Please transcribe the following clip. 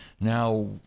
now